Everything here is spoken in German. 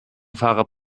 fahrrad